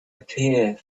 appear